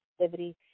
activity